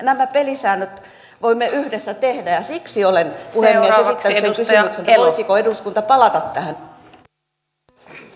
nämä pelisäännöt voimme yhdessä tehdä ja siksi olen puhemies esittänyt sen kysymyksen että voisiko eduskunta palata tähän asiaan